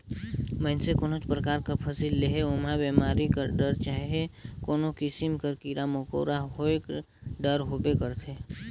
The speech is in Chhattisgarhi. मइनसे कोनोच परकार कर फसिल लेहे ओम्हां बेमारी कर डर चहे कोनो किसिम कर कीरा मकोरा होएक डर होबे करथे